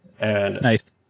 Nice